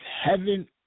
heaven